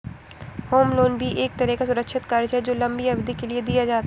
home loan भी एक तरह का सुरक्षित कर्ज है जो लम्बी अवधि के लिए दिया जाता है